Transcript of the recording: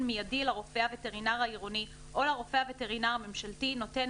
מיידי לרופא הווטרינר העירוני או לרופא הווטרינר הממשלתי נותן